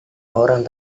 orang